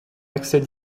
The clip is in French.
accès